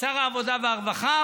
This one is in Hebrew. שר העבודה והרווחה,